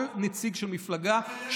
כל נציג של מפלגה,